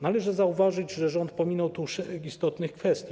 Należy zauważyć, że rząd pominął tu szereg istotnych kwestii.